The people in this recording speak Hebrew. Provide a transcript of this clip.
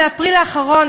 באפריל האחרון,